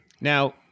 Now